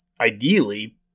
ideally